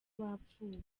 bapfuye